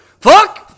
fuck